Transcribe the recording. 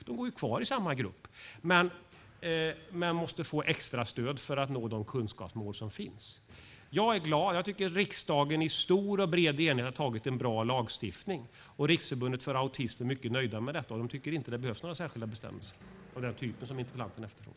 De går kvar i samma grupp men måste få extra stöd för att nå de kunskapsmål som finns. Jag är glad att riksdagen i stor enighet antagit en bra lagstiftning. Riksförbundet för autism är mycket nöjda med det och tycker inte att det behövs några särskilda bestämmelser av den typ som interpellanten efterfrågar.